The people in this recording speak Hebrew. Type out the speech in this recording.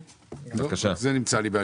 בבקשה.